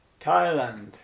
Thailand